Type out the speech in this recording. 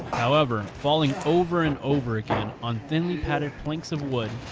however, falling over and over again on thinly padded planks of wood.